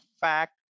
fact